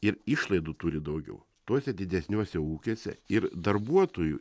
ir išlaidų turi daugiau tuose didesniuose ūkiuose ir darbuotojų